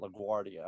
LaGuardia